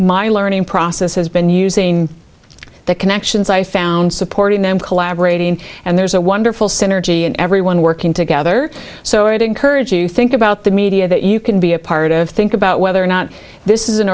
my learning process has been using the connections i found supporting them collaborating and there's a wonderful synergy and everyone working together so it encouraged you to think about the media that you can be a part of think about whether or not this is an